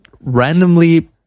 randomly